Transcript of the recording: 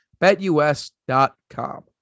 BetUS.com